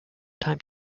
time